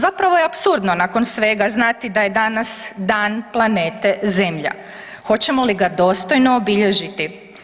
Zapravo je apsurdno nakon svega znati da je danas Dan planete Zemlja, hoćemo li ga dostojno obilježiti?